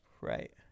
Right